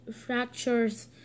fractures